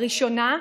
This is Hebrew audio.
הראשונה,